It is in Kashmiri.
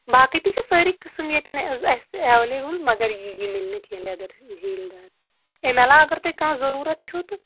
باقٕے تہِ چھِ سٲری قٕسٕم ییٚتٮ۪ن اَسہِ ایٚویلیبُل مگر یہِ میلہِ نہٕ کیٚنٛہہ لیدر ہیٖلہِ دار اَمہِ علاوٕ اگر تۅہہِ کانٛہہ ضروٗرتھ چھُو تہٕ